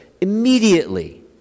immediately